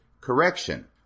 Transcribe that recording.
correction